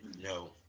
No